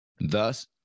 Thus